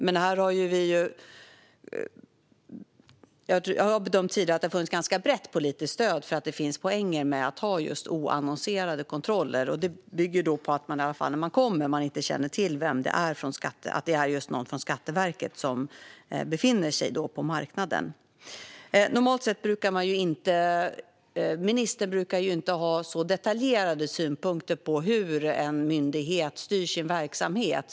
Jag har tidigare bedömt att det har funnits ett ganska brett politiskt stöd för att det finns poänger med att ha just oannonserade kontroller. Det bygger på att handlaren inte känner till att den som kommer till marknaden och befinner sig där är just från Skatteverket. Normalt sett brukar inte ministrar ha så detaljerade synpunkter på hur en myndighet styr sin verksamhet.